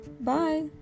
Bye